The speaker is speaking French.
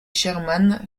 sherman